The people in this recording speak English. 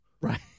right